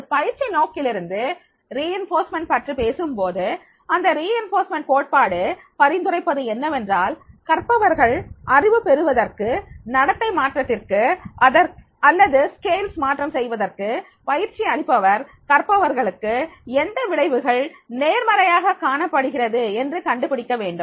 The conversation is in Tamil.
ஒரு பயிற்சி நோக்கிலிருந்து வலுவூட்டல் நடத்தை பற்றி பேசும்போது அந்த வலுவூட்டல் கோட்பாடு பரிந்துரைப்பது என்னவென்றால் கற்பவர்கள் அறிவு பெறுவதற்கு நடத்தை மாற்றத்திற்கு அல்லது அளவு மாற்றம்செய்வதற்கு பயிற்சி அளிப்பவர் கற்பவர்களுக்கு எந்த விளைவுகள் நேர்மறையாக காணப்படுகிறது என்று கண்டுபிடிக்க வேண்டும்